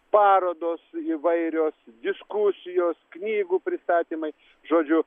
parodos įvairios diskusijos knygų pristatymai žodžiu